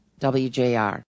WJR